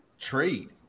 trade